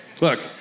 Look